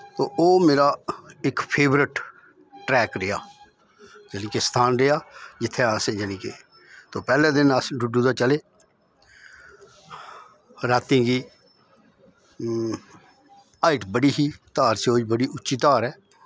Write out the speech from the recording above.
तो ओह् मेरा इक फेवरट ट्रैक रेहा जानि के स्थान रेहा जित्थें अस जानि के के पैह्ले दिन अस डुड्डू दा चले रातीं गी हाइट बड़ी ही धार स्योज बी उच्ची धार ऐ